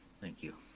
thank you.